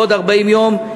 בעוד 40 יום,